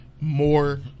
more